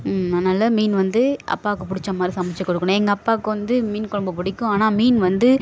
அதனால் மீன் வந்து அப்பாவுக்கு பிடிச்சா மாதிரி சமைத்து கொடுக்கணும் எங்கள் அப்பாவுக்கு வந்து மீன் கொழம்பு பிடிக்கும் ஆனால் மீன் வந்து